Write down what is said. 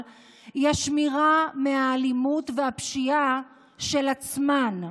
היא השמירה מהאלימות והפשיעה של עצמן.